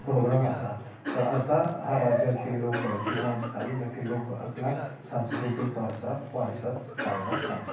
programme असतात तर असा हा राज्यातील लोकं किवा तालुक्यातील लोकं आपला सांस्कृतिक वारसा वारसाच साजरा करतात